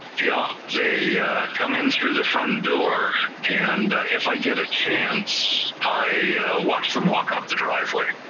yeah they come in through the front door, and if i get a chance, i watch them walk out the driveway,